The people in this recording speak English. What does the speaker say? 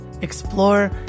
explore